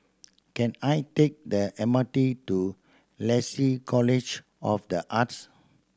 can I take the M R T to Lasalle College of The Arts